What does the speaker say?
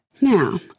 Now